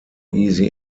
easy